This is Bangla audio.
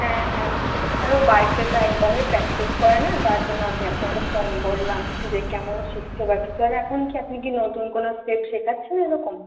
হ্যাঁ হ্যাঁ আর ও বাড়িতে তো একদমই প্র্যাকটিস করে না তার জন্য আমি আপনাকে ফোন করলাম যে কেমন শিকছে বা কিছু আর এখন কি আপনি কি নতুন কোন স্টেপ সেখাচ্ছেন এরকম